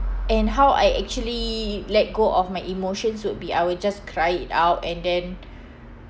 and how I actually let go of my emotions would be I will just cry it out and then